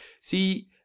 see